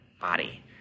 body